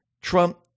Trump